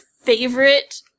favorite